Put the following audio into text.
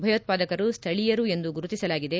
ಭಯೋತ್ವಾದಕರು ಸ್ವಳೀಯರು ಎಂದು ಗುರುತಿಸಲಾಗಿದೆ